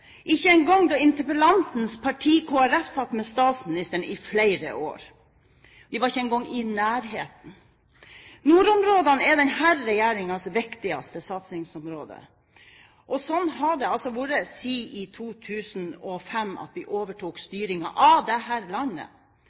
ikke engang da interpellantens parti, Kristelig Folkeparti, satt med statsministeren i flere år. De var ikke engang i nærheten. Nordområdene er denne regjeringens viktigste satsningsområde, og slik har det vært siden 2005, da vi overtok styringen av dette landet.